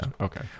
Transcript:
okay